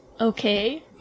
okay